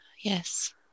Yes